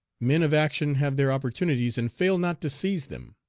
men of action have their opportunities and fail not to seize them.